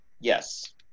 Yes